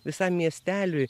visam miesteliui